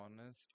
honest